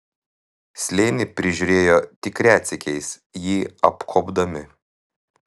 slėnį prižiūrėjo tik retsykiais jį apkuopdami